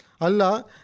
Allah